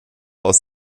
aus